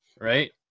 Right